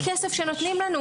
זה כסף שנותנים לנו.